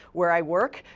where i work,